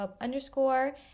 underscore